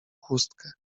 chustkę